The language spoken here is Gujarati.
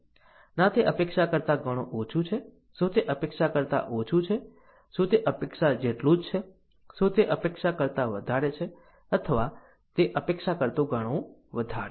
ના તે અપેક્ષા કરતા ઘણું ઓછું છે શું તે અપેક્ષા કરતા ઓછું છે શું તે અપેક્ષા જેટલું જ છે શું તે અપેક્ષા કરતા વધારે છે અથવા તે અપેક્ષા કરતા ઘણું વધારે છે